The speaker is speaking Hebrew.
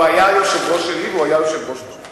הוא היה יושב-ראש שלי והוא היה יושב-ראש מוכשר,